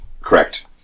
Correct